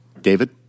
David